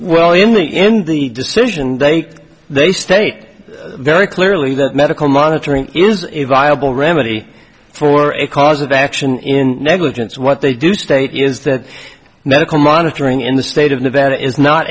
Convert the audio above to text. well in the end the decision day they state very clearly that medical monitoring is a viable remedy for a cause of action in negligence what they do state is that medical monitoring in the state of nevada is not